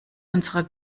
unserer